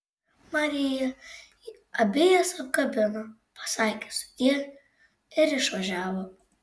marija abi jas apkabino pasakė sudie ir išvažiavo